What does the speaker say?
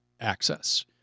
access